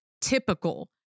typical